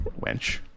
Wench